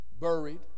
buried